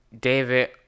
David